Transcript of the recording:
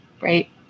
right